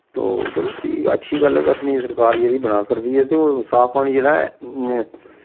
तो चलो ठीक ऐ अच्छी गल्ल ऐ केह् आखदे नी सरकार जेह्ड़ी बनाऽ करदी ऐ ते ओह् साफ पानी जेह्ड़ा ऐ हून